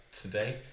today